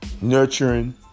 nurturing